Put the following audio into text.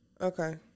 Okay